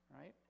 right